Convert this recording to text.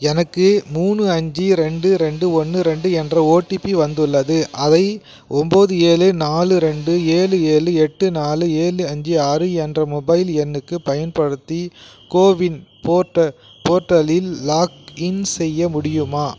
எனக்கு மூணு அஞ்சு ரெண்டு ரெண்டு ஒன்று ரெண்டு என்ற ஓடிபி வந்துள்ளது அதை ஒம்போது ஏழு நாலு ரெண்டு ஏழு ஏழு எட்டு நாலு ஏழு அஞ்சு ஆறு என்ற மொபைல் எண்ணுக்குப் பயன்படுத்தி கோவின் போர்ட்டல் போர்ட்டலில் லாக்இன் செய்ய முடியுமா